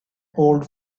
old